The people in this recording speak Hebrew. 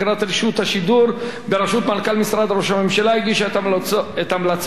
בראשות מנכ"ל משרד ראש הממשלה הגישה את המלצותיה לראש